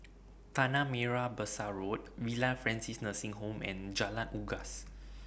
Tanah Merah Besar Road Villa Francis Nursing Home and Jalan Unggas